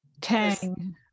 tang